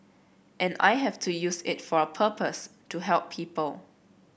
and I have to use it for a purpose to help people